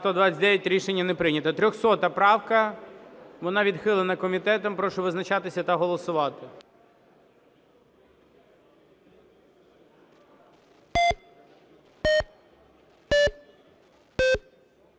Рішення не прийнято. 300 правка. Вона відхилена комітетом. Прошу визначатися та голосувати.